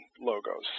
logos